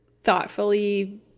thoughtfully